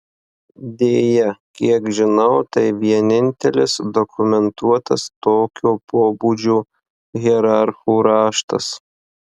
deja kiek žinau tai vienintelis dokumentuotas tokio pobūdžio hierarchų raštas